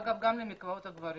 אגב, גם למקוואות הגברים.